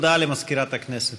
הודעה למזכירת הכנסת.